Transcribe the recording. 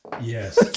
Yes